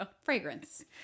Fragrance